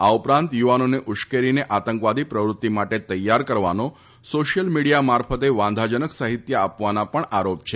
આ ઉપરાંત યુવાનોને ઉશ્કેરીને આતંકવાદી પ્રવૃત્તિ માટે તૈયાર કરવાનો સોશ્યિલ મિડીયા મારફતે વાંધાજનક સાહિત્ય આપવાના પણ આરોપ છે